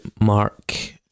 mark